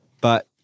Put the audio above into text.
But-